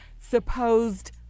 supposed